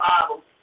Bible